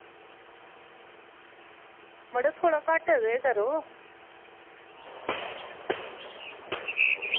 मड़ो थोह्ड़ा घट्ट ते करो